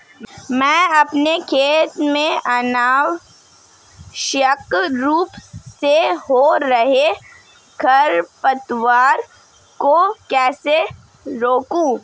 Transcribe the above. मैं अपने खेत में अनावश्यक रूप से हो रहे खरपतवार को कैसे रोकूं?